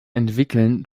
entwickeln